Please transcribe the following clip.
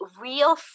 real